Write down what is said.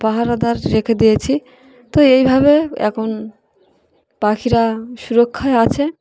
পাহাড়াদার রেখে দিয়েছি তো এইভাবে এখন পাখিরা সুরক্ষায় আছে